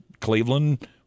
Cleveland